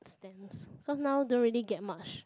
stamps cause now don't really get much